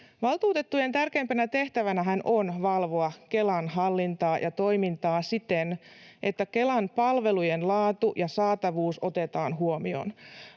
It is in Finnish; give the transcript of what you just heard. Valtuutettujen tärkeimpänä tehtävänähän on valvoa Kelan hallintaa ja toimintaa siten, että Kelan palvelujen laatu ja saatavuus otetaan huomioon.